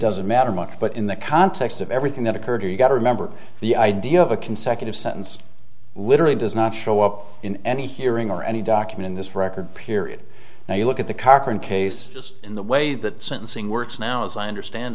doesn't matter much but in the context of everything that occurred or you got to remember the idea of a consecutive sentence literally does not show up in any hearing or any document in this record period now you look at the current case just in the way that sentencing works now as i understand